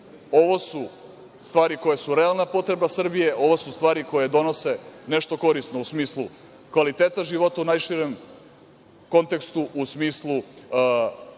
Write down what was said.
ovo su stvari koje su realna potreba Srbije, ovo su stvari koje donose nešto korisno, a u smislu kvaliteta života u najširem kontekstu, u smislu dobre